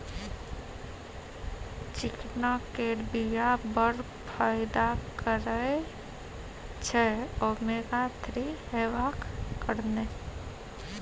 चिकना केर बीया बड़ फाइदा करय छै ओमेगा थ्री हेबाक कारणेँ